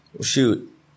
shoot